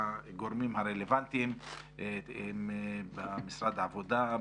הגורמים הרלוונטיים במשרד העבודה,